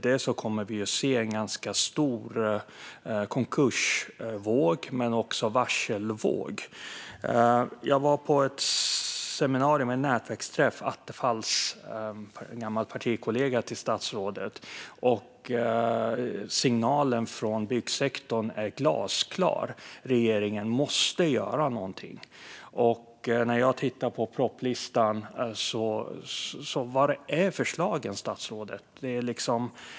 Efter det kommer vi att se en ganska stor konkursvåg, men också en varselvåg. När jag var på ett seminarium, en nätverksträff, med Attefall, en gammal partikollega till statsrådet, var signalen från byggsektorn glasklar: Regeringen måste göra någonting. Men när jag tittar på propositionslistan undrar jag: Var är förslagen, statsrådet?